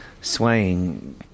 swaying